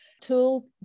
tool